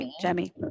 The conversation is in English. Jamie